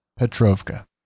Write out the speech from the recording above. Petrovka